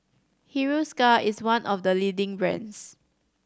Hiruscar is one of the leading brands